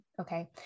Okay